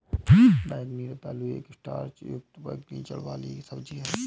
बैंगनी रतालू एक स्टार्च युक्त बैंगनी जड़ वाली सब्जी है